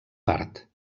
part